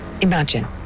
Imagine